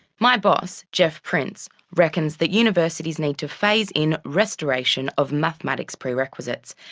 my boss geoff prince reckons that universities need to phase in restoration of mathematics prerequisites,